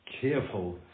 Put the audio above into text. careful